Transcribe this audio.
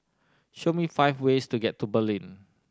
show me five ways to get to Berlin